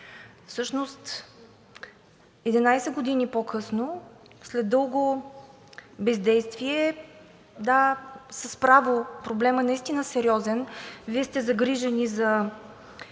Всъщност 11 години по-късно след дълго бездействие, да, с право проблемът наистина е сериозен, Вие сте загрижени за